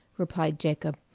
replied jacob.